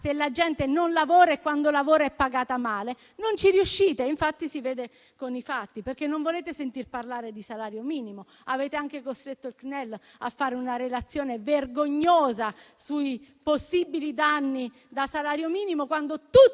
se la gente non lavora e, quando lavora, è pagata male? Non ci riuscite e si vede dai fatti, perché non volete sentir parlare di salario minimo. Avete anche costretto il CNEL a fare una relazione vergognosa sui possibili danni derivanti